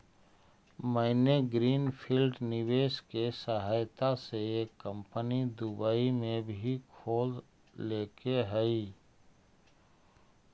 मैंने green field निवेश के सहायता से एक कंपनी दुबई में भी खोल लेके हइ